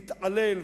מתעלל,